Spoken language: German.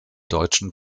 deutschen